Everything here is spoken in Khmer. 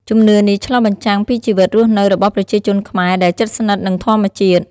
ជំនឿនេះឆ្លុះបញ្ចាំងពីជីវិតរស់នៅរបស់ប្រជាជនខ្មែរដែលជិតស្និទ្ធនឹងធម្មជាតិ។